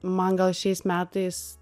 man gal šiais metais